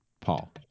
Paul